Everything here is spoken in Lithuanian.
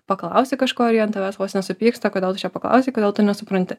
paklausi kažko ir jie ant taves vos nesupyksta kodėl tu čia paklausiai kodėl tu nesupranti